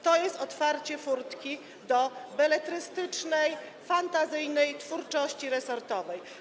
To jest otwarcie furtki dla beletrystycznej, fantazyjnej twórczości resortowej.